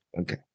Okay